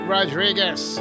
Rodriguez